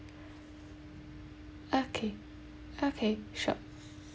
okay okay sure